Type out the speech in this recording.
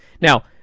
Now